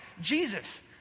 Jesus